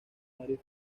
varios